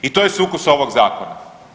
I to je sukus ovog zakona.